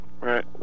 Right